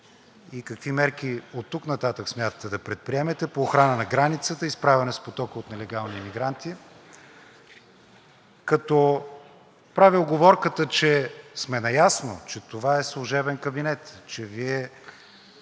и какви мерки оттук нататък смятате да предприемете по охрана на границата и справяне с потока от нелегални имигранти. Като правя уговорката, че сме наясно, че това е служебен кабинет, че Вие